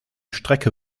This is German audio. strecke